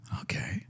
Okay